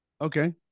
Okay